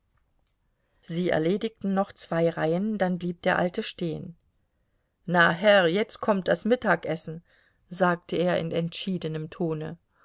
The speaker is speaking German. sie erledigten noch zwei reihen dann blieb der alte stehen na herr jetzt kommt das mittagessen sagte er in entschiedenem tone